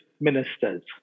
ministers